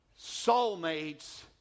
soulmates